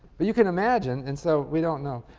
but you can imagine and so we don't know.